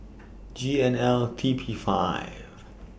G N L T P five